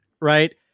right